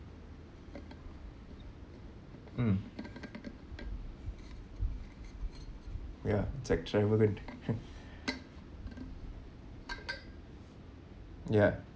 mm ya it's like traveling ya